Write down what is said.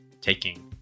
taking